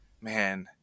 Man